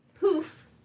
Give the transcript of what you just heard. poof